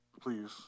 please